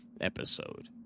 episode